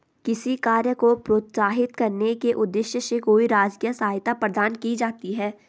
किसी कार्य को प्रोत्साहित करने के उद्देश्य से कोई राजकीय सहायता प्रदान की जाती है